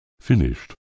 finished